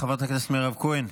חברת הכנסת מירב כהן.